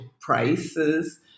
prices